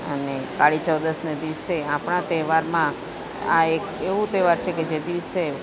અને કાળી ચૌદસને દિવસે આપણા તહેવારમાં આ એક એવું તહેવાર છેકે જે દિવસે